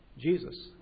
Jesus